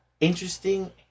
interesting